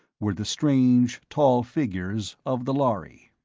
were the strange tall figures of the lhari.